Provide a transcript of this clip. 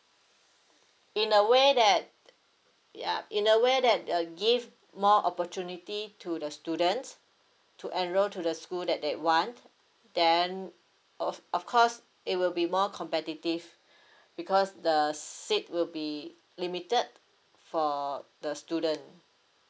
in a way that ya in a way that the give more opportunity to the students to enroll to the school that they want then of of course it will be more competitive because the seat will be limited for the student